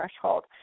threshold